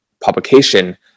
publication